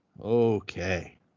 Okay